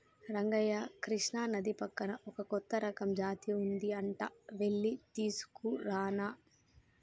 రంగయ్య కృష్ణానది పక్కన ఒక కొత్త రకం జాతి ఉంది అంట వెళ్లి తీసుకురానా